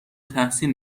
تحسین